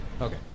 okay